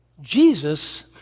Jesus